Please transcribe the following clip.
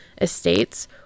estates